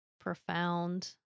profound